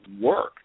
work